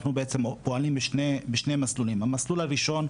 אנחנו פועלים בשני מסלולים המסלול הראשון,